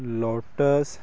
lotus